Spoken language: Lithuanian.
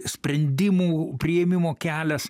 sprendimų priėmimo kelias